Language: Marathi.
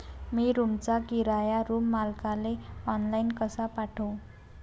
मी रूमचा किराया रूम मालकाले ऑनलाईन कसा पाठवू?